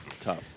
Tough